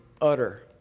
utter